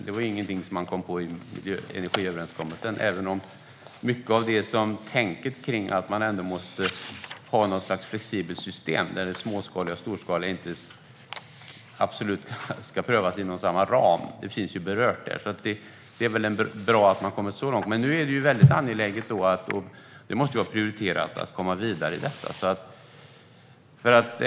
Det var ingenting som man kom på i energiöverenskommelsen, även om mycket av tänket kring att man måste ha ett flexibelt system där det småskaliga och storskaliga inte absolut ska prövas inom samma ram finns berört där. Det är väl bra att man har kommit så långt. Men nu måste det vara prioriterat att komma vidare.